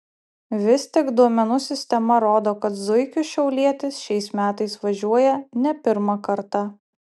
vis tik duomenų sistema rodo kad zuikiu šiaulietis šiais metais važiuoja ne pirmą kartą